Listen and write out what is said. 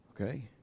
Okay